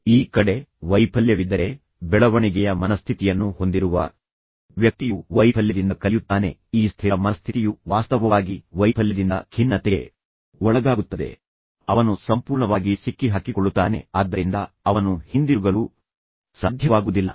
ಈಗ ಶಿಲ್ಪಾಗೆ ನೀವು ಮನೆಯಲ್ಲಿ ಏನು ಮಾಡುತ್ತೀರಿ ಎಂಬಂತಹ ಪ್ರಶ್ನೆಗಳನ್ನು ಕೇಳಬಹುದು ಕಿಶೋರ್ ಅವರ ಸುದೀರ್ಘ ಅನುಪಸ್ಥಿತಿಯಲ್ಲಿ ನೀವು ಹೇಗೆ ಭಾವಿಸುತ್ತೀರಿ ನೀವು ಹೇಗೆ ನಿಭಾಯಿಸುತ್ತೀರಿ ಕೇವಲ ಟಿವಿ ನೋಡಿದರೆ ಸಾಕೆ ಅಥವಾ ನೀವು ಏನನ್ನಾದರೂ ಮಾಡುತ್ತಿದ್ದೀರಾ ನೀವು ಅರೆಕಾಲಿಕ ಉದ್ಯೋಗವನ್ನು ತೆಗೆದುಕೊಳ್ಳುತ್ತಿದ್ದೀರಾ ನೀವು ಕೋರ್ಸ್ ಮಾಡುತ್ತಿದ್ದೀರಾ ನೀವು ಯಾವುದಾದರೂ ಹವ್ಯಾಸದಲ್ಲಿ ಆಸಕ್ತಿ ಹೊಂದಿದ್ದೀರಾ